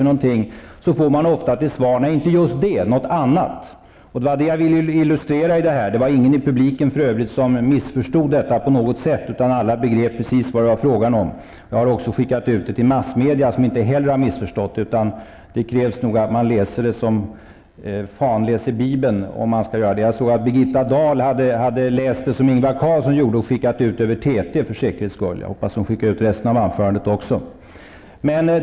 Då får man ofta till svar: Nej, inte just det, något annat. Det var det jag ville illustrera. Det var för övrigt ingen i publiken som missförstod detta på något sätt, utan alla begrep precis vad det var fråga om. Jag har också skickat ut anförandet till massmedia, som inte heller har missförstått det. Det krävs nog att man läser det som fan läser Bibeln för att missförstå det. Jag såg att Birgitta Dahl hade läst det på samma sätt som Ingvar Carlsson gjorde och skickat ut det över TT för säkerhets skull. Jag hoppas att hon skickade ut resten av anförandet också.